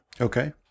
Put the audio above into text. Okay